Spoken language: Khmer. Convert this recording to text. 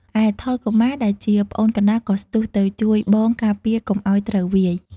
ឯថុល កុមារ ដែលជាប្អូនកណ្ដាលក៏ស្ទុះទៅជួយបងការពារកុំឱ្យត្រូវវាយ។